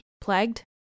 plagued